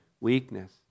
Weakness